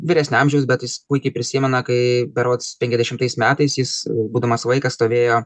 vyresnio amžiaus bet jis puikiai prisimena kai berods penkiasdešimtais metais jis būdamas vaikas stovėjo